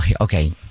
Okay